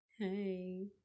Hey